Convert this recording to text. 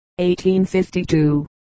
1852